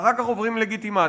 ואחר כך עוברים לגיטימציה.